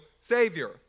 savior